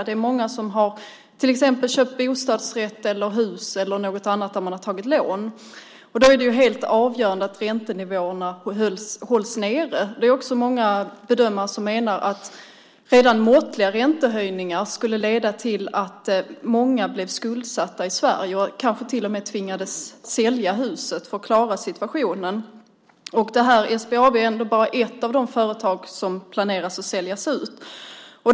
Det är många som till exempel har köpt bostadsrätt, hus eller något annat där man har tagit lån. Då är det ju helt avgörande att räntenivåerna på hus hålls nere. Det är också många bedömare som menar att redan måttliga räntehöjningar skulle leda till att många blev skuldsatta i Sverige, och kanske till och med tvingades sälja huset för att klara situationen. SBAB är bara ett av de företag som man planerar att sälja ut.